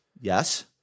Yes